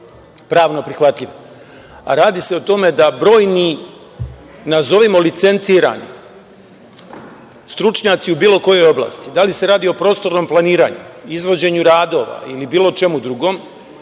pravno prihvatljive, a radi se o tome da brojni, nazovimo licencirani stručnjaci u bilo kojoj oblasti, da li se radi o prostornom planiranju, izvođenju radova ili bilo čemu drugom